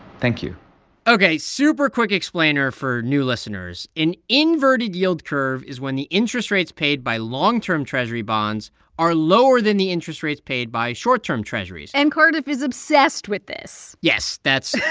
thank you ok super-quick explainer for new listeners. an inverted yield curve is when the interest rates paid by long-term treasury bonds are lower than the interest rates paid by short-term treasuries and cardiff is obsessed with this yes, that's